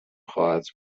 خواهد